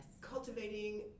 cultivating